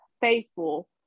faithful